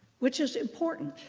which is important.